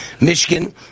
Michigan